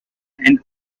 and